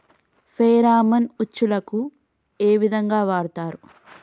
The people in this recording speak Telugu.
ఫెరామన్ ఉచ్చులకు ఏ విధంగా వాడుతరు?